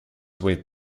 with